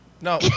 No